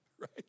right